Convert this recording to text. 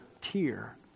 tier